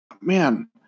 man